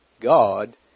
God